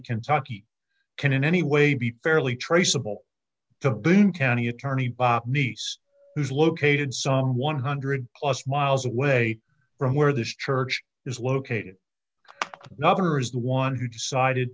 kentucky can in any way be fairly traceable to boone county attorney nice located some one hundred plus miles away from where this church is located another is the one who decided